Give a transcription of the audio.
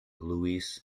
luis